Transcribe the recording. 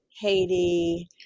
Haiti